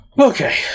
okay